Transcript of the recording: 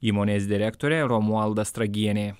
įmonės direktorė romualda stragienė